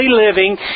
living